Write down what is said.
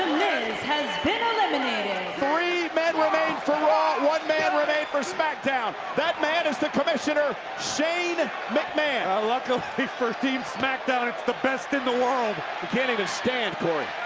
miz has been eliminated. three men remain for raw, one man remain for smackdown. that matters to commissioner shane mcmahon. i love the first team smackdown. it's the best in the world. he can't even stand, corey.